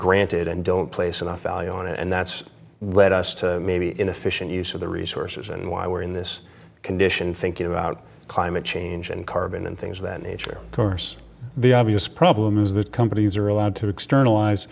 granted and don't place enough value on it and that's led us to maybe inefficient use of the resources and why we're in this condition thinking about climate change and carbon and things of that nature of course the obvious problem is that companies are allowed to external